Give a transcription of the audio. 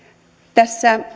tässä